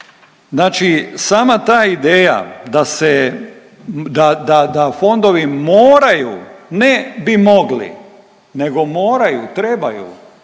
Znači sama ta ideja da se, da fondovi moraju, ne bi mogli, nego moraju, trebaju